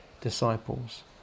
disciples